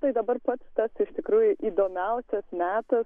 tai dabar pats tas iš tikrųjų įdomiausias metas